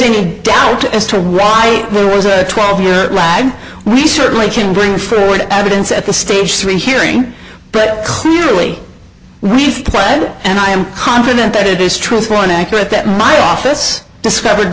any doubt as to why there was a twelve year lag we certainly can't bring forward evidence at the stage three hearing but clearly we spread and i am confident that it is true for an accurate that my office discovered